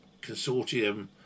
consortium